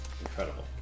Incredible